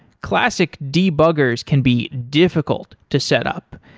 classic debuggers can be difficult to set up.